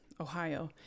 Ohio